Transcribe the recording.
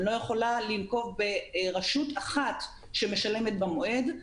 אני לא יכולה לנקוב בשמה של רשות אחת שמשלמת במועד.